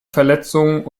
verletzungen